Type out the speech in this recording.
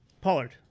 Pollard